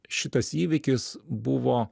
šitas įvykis buvo